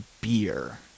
beer